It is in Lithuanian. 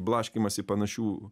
blaškymąsi panašių